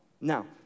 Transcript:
Now